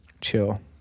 Chill